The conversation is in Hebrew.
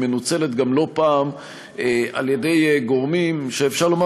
היא מנוצלת גם לא פעם על-ידי גורמים שאפשר לומר